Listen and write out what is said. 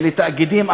ולתאגידים,